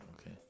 Okay